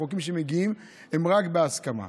החוקים שמגיעים הם רק בהסכמה.